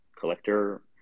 collector